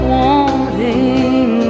wanting